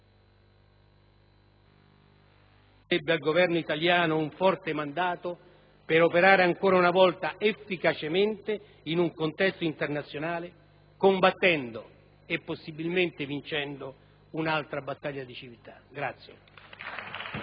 al Governo italiano un forte mandato per operare ancora una volta efficacemente in un contesto internazionale, combattendo e possibilmente vincendo un'altra battaglia di civiltà.